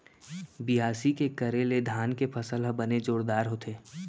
बियासी के करे ले धान के फसल ह बने जोरदार होथे